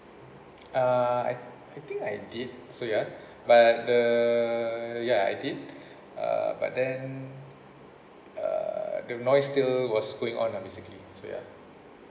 ah I I think I did so ya but the ya I did uh but then uh the noise still was going on ah basically so ya